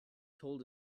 told